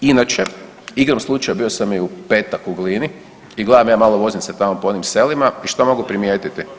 Inače igrom slučaja bio sam i u petak u Glini i gledam ja, malo vozim se tamo po onim selima i što mogu primijetiti?